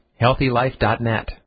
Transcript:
healthylife.net